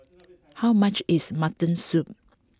how much is Mutton Soup